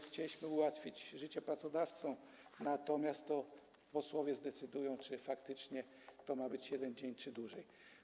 Chcieliśmy ułatwić życie pracodawcom, natomiast to posłowie zdecydują, czy faktycznie to ma być jeden dzień, czy dłużej.